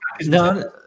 No